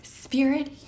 spirit